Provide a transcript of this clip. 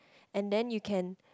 and then you can